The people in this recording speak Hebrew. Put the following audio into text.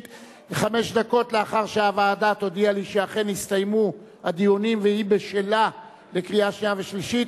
לאחר שהכנסת אישרה ב-99 בלי מתנגדים,